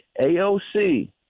AOC